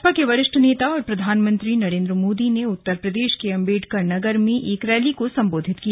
भाजपा के वरिष्ठ नेता और प्रधानमंत्री नरेन्द्र मोदी ने उत्तर प्रदेश के अम्बेडकर नगर में एक रैली को संबोधित किया